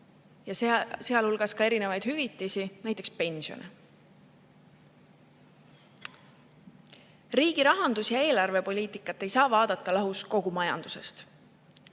sealhulgas hüvitisi, näiteks pensione. Riigi rahandust ja eelarvepoliitikat ei saa vaadata lahus kogu majandusest.